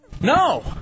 No